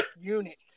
Unit